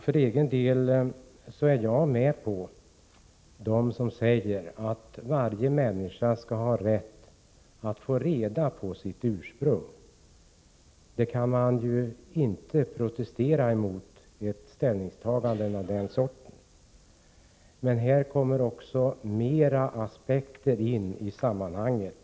För egen del håller jag med dem som säger att varje människa skall ha rätt att få veta sitt ursprung. Man kan inte protestera mot den synpunkten. Flera aspekter kommer emellertid här in i sammanhanget.